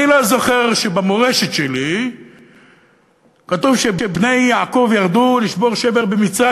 אני לא זוכר שבמורשת שלי כתוב שבני יעקב ירדו לשבור שבר במצרים.